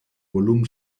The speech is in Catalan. volum